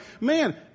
man